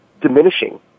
diminishing